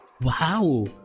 wow